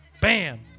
bam